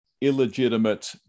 illegitimate